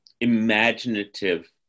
imaginative